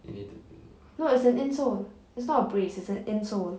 no it's and insole not a brace an insole